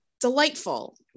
delightful